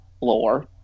lore